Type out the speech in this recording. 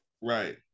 Right